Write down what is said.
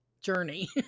journey